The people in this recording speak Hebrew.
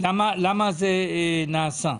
למה זה נעשה.